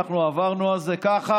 אנחנו עברנו על זה ככה,